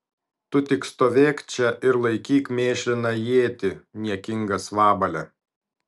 tu tik stovėk čia ir laikyk mėšliną ietį niekingas vabale